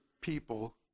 people